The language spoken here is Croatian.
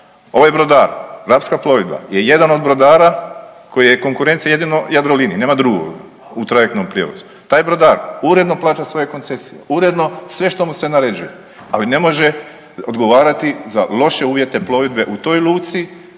Ovaj brodar, Rapska plovidba je jedan od brodara koji je konkurencija jedino Jadroliniji, nema drugog u trajektnom prijevozu. Taj brodar uredno plaća svoje koncesije, uredno sve što mu se naređuje, ali ne može odgovarati za loše uvjete plovidbe u toj luci